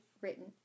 written